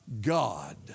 God